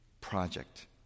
project